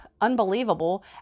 unbelievable